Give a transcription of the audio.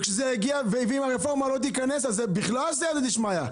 ואם הרפורמה לא תיכנס אז בכלל סיעתא דשמיא.